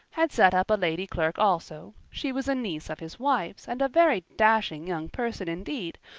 had set up a lady clerk also she was a niece of his wife's and a very dashing young person indeed,